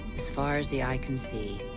as far as the eye can see,